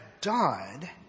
died